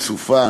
סופה,